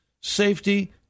safety